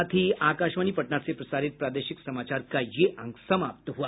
इसके साथ ही आकाशवाणी पटना से प्रसारित प्रादेशिक समाचार का ये अंक समाप्त हुआ